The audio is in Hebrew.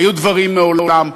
היו דברים מעולם.